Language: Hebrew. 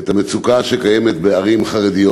את המצוקה שקיימת בערים חרדיות.